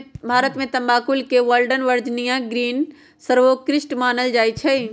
भारत में तमाकुल के गोल्डन वर्जिनियां ग्रीन सर्वोत्कृष्ट मानल जाइ छइ